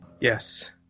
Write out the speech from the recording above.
Yes